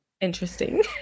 interesting